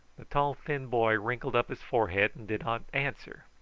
the tall thin boy wrinkled up his forehead, and did not answer.